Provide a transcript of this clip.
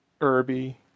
Irby